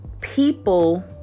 people